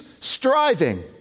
striving